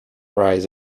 rise